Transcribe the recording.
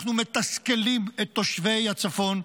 אנחנו מתסכלים את תושבי הצפון.